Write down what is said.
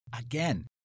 again